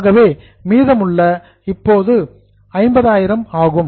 ஆகவே மீதமுள்ளவை இப்போது 50000 ஆகும்